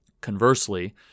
Conversely